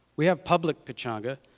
we have public pechanga,